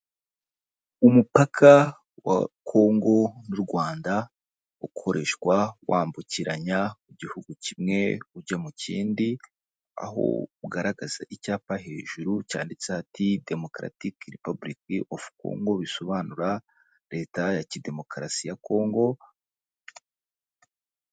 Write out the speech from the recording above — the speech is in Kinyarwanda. Umupaka wa Kongo n'u Rwanda, ukoreshwa wambukiranya igi kimwe ujya mu kindi, aho ugaragaza icyapa hejuru cyanditse ati demokaratike repubulika ovu kongo bisobanura leta ya demokarasi ya congo.